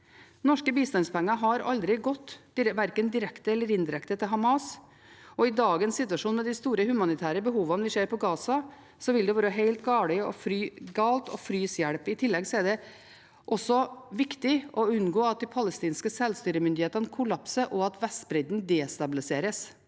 Norske bistandspenger har aldri gått til Hamas, verken direkte eller indirekte, og i dagens situasjon med de store humanitære behovene vi ser på Gaza, vil det være helt galt å fryse hjelp. I tillegg er det viktig å unngå at de palestinske selvstyremyndighetene kollapser, og at Vestbredden destabiliseres.